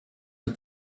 but